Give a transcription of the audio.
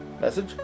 message